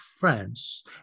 France